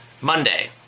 Monday